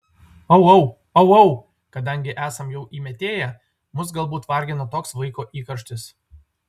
au au au au kadangi esam jau įmetėję mus galbūt vargina toks vaiko įkarštis